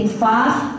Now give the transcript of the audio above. fast